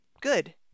good